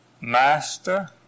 Master